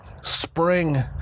spring